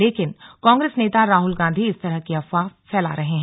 लेकिन कांग्रेस नेता राहुल गांधी इस तरह की अफवाह फैला रहे हैं